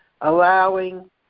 allowing